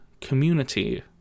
community